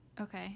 Okay